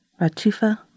Ratufa